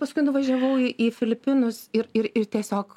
paskui nuvažiavau į į filipinus ir ir ir tiesiog